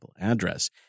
address